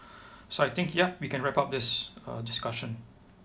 so I think ya we can wrap up this uh discussion